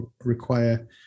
require